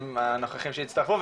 הנוכחים שהצטרפו,